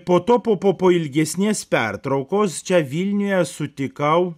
po to po po ilgesnės pertraukos čia vilniuje sutikau